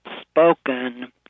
spoken